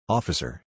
Officer